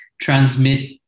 transmit